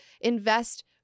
invest